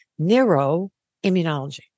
neuroimmunology